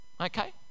Okay